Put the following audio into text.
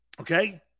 Okay